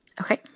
okay